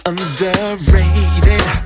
Underrated